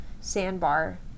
sandbar